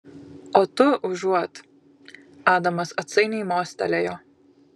o tu užuot adamas atsainiai mostelėjo